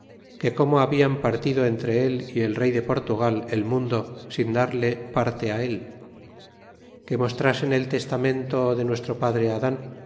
que como habian partido entre él y el rey de portugal el mundo sin darle parte á él que mostrasen el testamento de nuestro padre adan